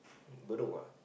Bedok what